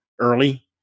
early